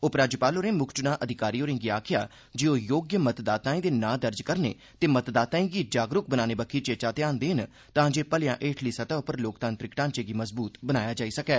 उपराज्यपाल होरें मुक्ख च्नां अधिकारी होरें' गी आखेआ जे ओह् योग्य मतदाताएं दे नांऽ दर्ज करने ते मतदाताएं गी जागरूक बनाने बक्खी चेचा ध्यान देन तांजे भलेआं हेठली सतह उप्पर लोकतांत्रिक ढांचे गी मजबूत बनाया जाई सकै